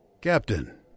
Captain